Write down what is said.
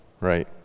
right